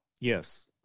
Yes